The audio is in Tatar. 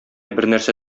бернәрсә